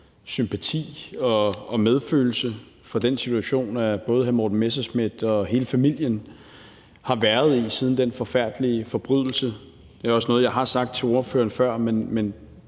sympati og medfølelse for den situation, både hr. Morten Messerschmidt og hele familien har været i siden den forfærdelige forbrydelse. Det er også noget, jeg har sagt til ordføreren før, men